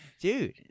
dude